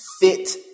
Fit